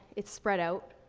it's spread out.